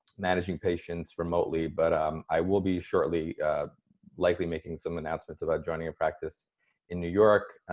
managing patients remotely. but um i will be shortly likely making some announcements about joining a practice in new york.